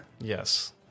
Yes